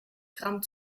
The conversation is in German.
gramm